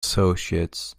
associates